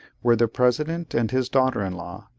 were the president and his daughter-in-law,